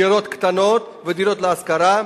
דירות קטנות ודירות להשכרה.